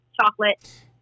Chocolate